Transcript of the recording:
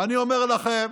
ואני אומר לכם,